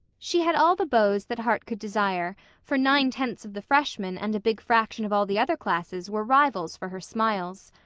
she had all the beaux that heart could desire, for nine-tenths of the freshmen and a big fraction of all the other classes were rivals for her smiles.